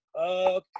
okay